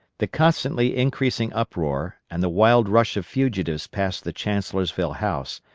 the constantly increasing uproar, and the wild rush of fugitives past the chancellorsville house,